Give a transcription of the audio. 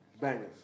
Bangers